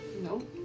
No